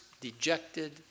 dejected